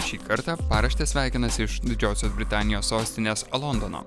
šį kartą paraštės sveikinasi iš didžiosios britanijos sostinės londono